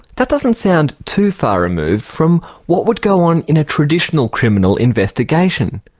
that doesn't sound too far removed from what would go on in a traditional criminal investigation.